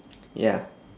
ya